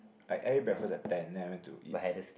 like I ate breakfast at ten then I went to eat